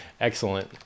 excellent